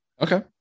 Okay